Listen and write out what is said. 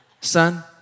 Son